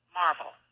marvel